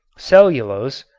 cellulose,